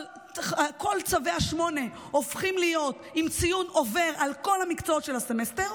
כל צווי ה-8 הופכים להיות עם ציון עובר על כל המקצועות של הסמסטר,